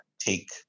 take